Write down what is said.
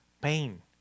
pain